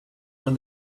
when